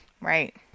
Right